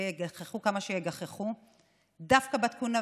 ויגחכו כמה שיגחכו,